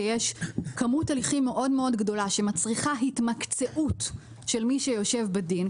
שיש כמות הליכים מאוד גדולה שמצריכה התמקצעות של מי שיושב בדין,